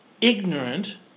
ignorant